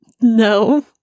No